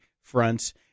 fronts